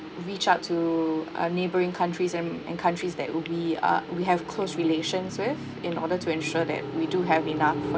reach out to uh neighbouring countries and and countries that would be uh we have close relations with in order to ensure that we do have enough food